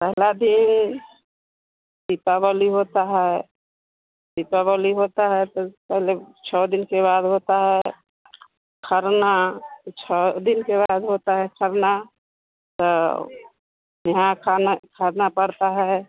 पहला दिन दीपावली होता है दीपावली होता है तो पहले छः दिन के बाद होता है खरना तो छः दिन के बाद होता है खरना तो यहाँ खाना खरना पड़ता है